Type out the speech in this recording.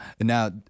Now